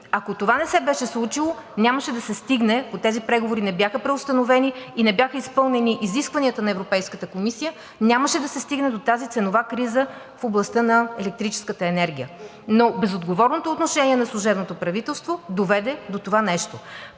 Радев, за голямо съжаление, преустанови. Ако тези преговори не бяха преустановени и бяха изпълнени изискванията на Европейската комисия, нямаше да се стигне до тази ценова криза в областта на електрическата енергия, но безотговорното отношение на служебното правителство доведе до това нещо.